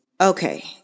Okay